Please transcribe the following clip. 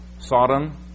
Sodom